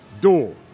door